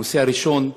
הנושא הראשון,